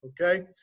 okay